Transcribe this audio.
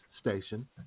station